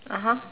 (uh huh)